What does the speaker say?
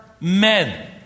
men